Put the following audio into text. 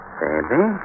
baby